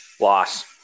Loss